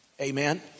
amen